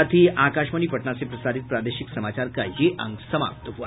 इसके साथ ही आकाशवाणी पटना से प्रसारित प्रादेशिक समाचार का ये अंक समाप्त हुआ